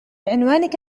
عنوانك